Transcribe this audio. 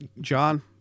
John